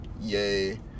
yay